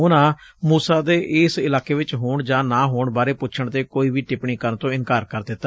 ਉਨਾਂ ਮੁਸਾ ਦੇ ਇਸ ਇਲਾਕੇ ਚ ਹੋਣ ਜਾਂ ਨਾ ਹੋਣ ਬਾਰੇ ਪੁੱਛਣ 'ਤੇ ਕੋਈ ਵੀ ਟਿੱਪਣੀ ਕਰਨ ਤੋਂ ਇਨਕਾਰ ਕਰ ਦਿੱਤਾ